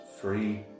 Free